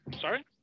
Sorry